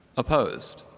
opposed?